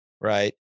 right